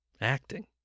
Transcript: Acting